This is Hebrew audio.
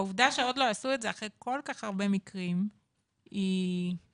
העובדה שעוד לא עשו את זה אחרי כל כך הרבה מקרים היא מצערת